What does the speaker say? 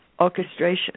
Orchestration